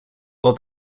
while